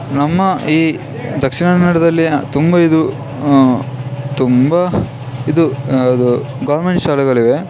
ನಮ್ಮ ಈ ದಕ್ಷಿಣಕನ್ನಡದಲ್ಲಿ ತುಂಬ ಇದು ತುಂಬ ಇದು ಯಾವುದು ಗೌರ್ಮೆಂಟ್ ಶಾಲೆಗಳಿವೆ